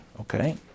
okay